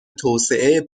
توسعه